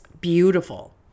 beautiful